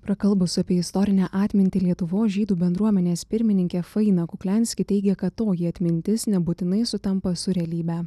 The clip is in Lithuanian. prakalbus apie istorinę atmintį lietuvos žydų bendruomenės pirmininkė faina kukliansky teigia kad toji atmintis nebūtinai sutampa su realybe